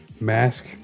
mask